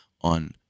on